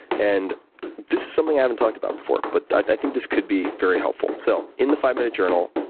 and this is something i haven't talked about before but i think this could be very helpful. so in the five minute journal,